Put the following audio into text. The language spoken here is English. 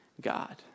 God